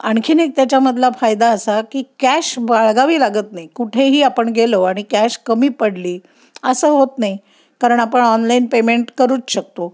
आणखीन एक त्याच्यामधला फायदा असा की कॅश बाळगावी लागत नाही कुठेही आपण गेलो आणि कॅश कमी पडली असं होत नाही कारण आपण ऑनलाईन पेमेंट करूच शकतो